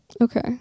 Okay